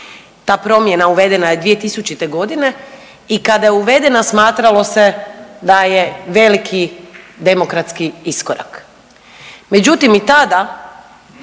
Ta promjena uvedena je 2000. godine i kada je uvedena smatralo se da je veliki demokratski iskorak.